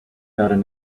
thought